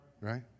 Right